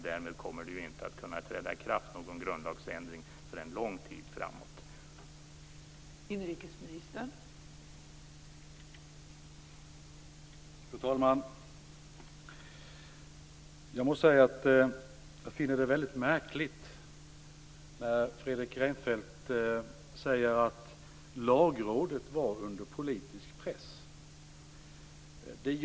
Därmed kommer det inte att kunna träda i kraft någon grundlagsändring förrän långt fram i tiden.